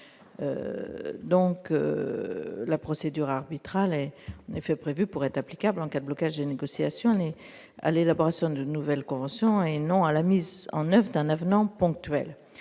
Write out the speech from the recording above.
La procédure arbitrale est en effet prévue pour être applicable, en cas de blocage des négociations, à l'élaboration d'une nouvelle convention et non à la mise en oeuvre d'un avenant ponctuel.